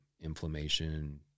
inflammation